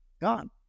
gone